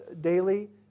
daily